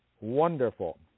Wonderful